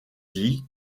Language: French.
dee